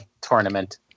tournament